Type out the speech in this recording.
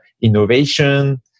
innovation